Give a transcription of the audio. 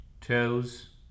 Toes